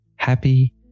happy